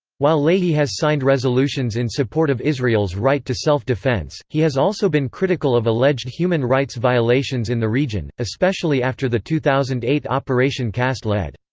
while leahy has signed resolutions in support of israel's right to self-defense, he has also been critical of alleged human rights violations in the region, especially after the two thousand and eight operation cast lead.